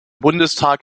bundestag